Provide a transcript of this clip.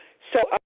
so,